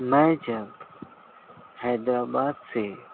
میں جب حیدرآباد سے